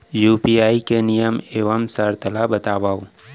UPI के नियम एवं शर्त ला बतावव